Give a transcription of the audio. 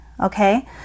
okay